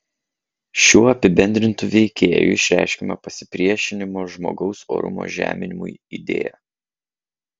šiuo apibendrintu veikėju išreiškiama pasipriešinimo žmogaus orumo žeminimui idėja